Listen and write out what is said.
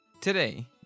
Today